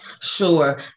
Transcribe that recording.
Sure